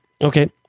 okay